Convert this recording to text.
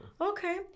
Okay